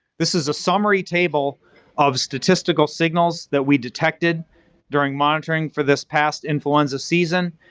this is a summary table of statistical signals that we detected during monitoring for this past influenza season.